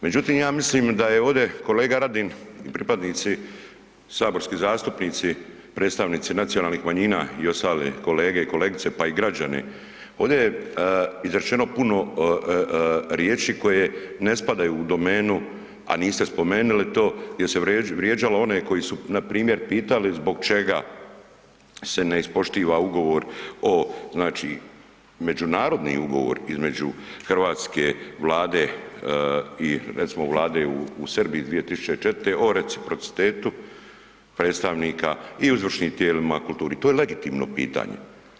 Međutim, ja mislim da je ovdje kolega Radin pripadnici saborski zastupnici predstavnici nacionalnih manjina i ostale kolege i kolegice pa i građani, ovdje je izrečeno puno riječi koje ne spadaju u domenu, a niste spomenuli to jel se vrijeđalo one koji su npr. pitali zbog čega se ne ispoštiva ugovor, međunarodni ugovor između hrvatske Vlade i recimo vlade u Srbiji iz 2004.o reciprocitetu predstavnika i u izvršnim tijelima, kulturi, to je legitimno pitanje.